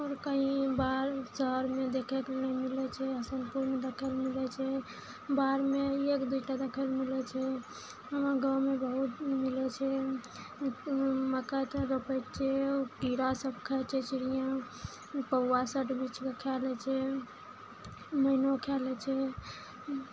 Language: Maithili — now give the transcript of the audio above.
आओर कही बाहर शहरमे देखैके नहि मिलै छै हसनपुरमे देखै लए मिलै छै बाहरमे एक दूटा देखै लए मिलै छै हमरा गाँवमे बहुत मिलै छै मकइ तऽ रोपै छियै कीड़ा सब खाइ छै चिड़िआ कौआ सबटा बीछके खा लै छै मैनो खा लै छै